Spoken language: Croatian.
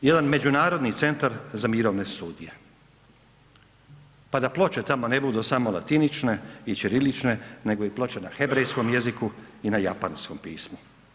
Jedan međunarodni centar za mirovne studije pa da ploče tamo ne budu samo latinične i ćirilične nego i ploče na hebrejskom jeziku i na japanskom pismu.